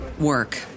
work